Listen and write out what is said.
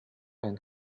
man